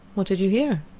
what did you hear?